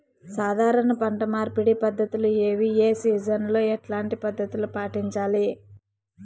సాధారణ పంట మార్పిడి పద్ధతులు ఏవి? ఏ సీజన్ లో ఎట్లాంటి పద్ధతులు పాటించాలి?